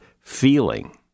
feeling